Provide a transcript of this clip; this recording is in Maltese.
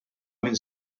min